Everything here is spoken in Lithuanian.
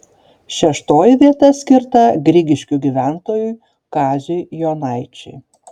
šeštoji vieta skirta grigiškių gyventojui kaziui jonaičiui